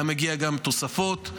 היו מגיעות גם תוספות.